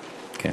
אוקיי, כן.